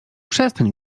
przestań